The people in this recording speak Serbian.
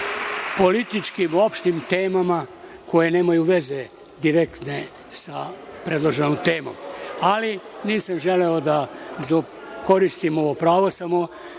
političkim, opštim temama koje nemaju veze direktne sa predloženom temom, ali nisam želeo da koristim ovo pravo. Samo